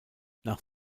nach